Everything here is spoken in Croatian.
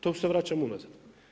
To se vraćam unazad.